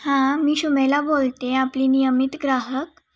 हां मी शुमेला बोलते आपली नियमित ग्राहक